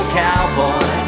cowboy